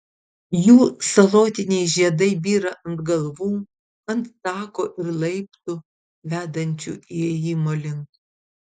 jų salotiniai žiedai byra ant galvų ant tako ir laiptų vedančių įėjimo link